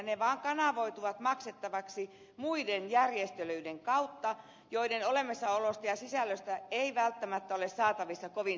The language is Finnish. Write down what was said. ne vaan kanavoituvat maksettaviksi muiden järjestelyiden kautta joiden olemassaolosta ja sisällöstä ei välttämättä ole saatavissa kovin selvää kuvaa